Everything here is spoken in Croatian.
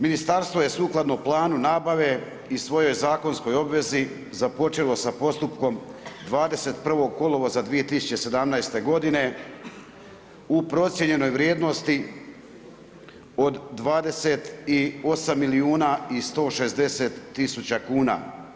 Ministarstvo je sukladno planu nabave i svojoj zakonskoj obvezi započelo sa postupkom 21.8.2017. g. u procijenjenoj vrijednosti od 28 milijuna i 160 tisuća kuna.